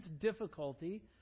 difficulty